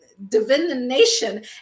divination